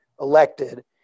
elected